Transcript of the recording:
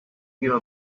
you